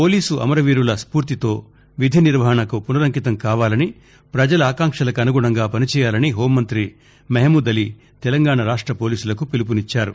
police అమరవీరుల స్పూర్తితో విధి నిర్వహణకు పునరంకితం కావాలని ప్రజల ఆకాంక్షలకు అనుగుణంగా పని చేయాలని హెూంమంతి మహమూద్ అలీ తెలంగాణ రాష్ట పోలీసులకు పిలుపునిచ్చారు